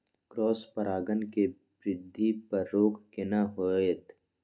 Cross परागण के वृद्धि पर रोक केना होयत?